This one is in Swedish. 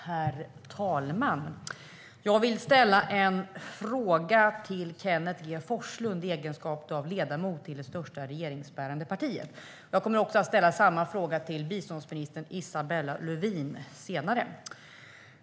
Herr talman! Jag vill ställa en fråga till Kenneth G Forslund i hans egenskap av ledamot för det största regeringsbärande partiet. Jag kommer senare att ställa samma fråga till biståndsminister Isabella Lövin.